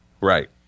right